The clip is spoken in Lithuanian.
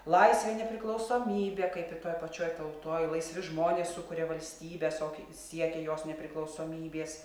laisvė nepriklausomybė kaip ir toj pačioj tautoj laisvi žmonės sukuria valstybes o siekia jos nepriklausomybės